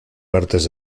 partes